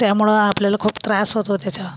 त्यामुळं आपल्याला खूप त्रास होतो त्याचा